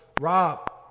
Rob